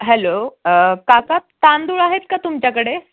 hello काका तांदूळ आहेत का तुमच्याकडे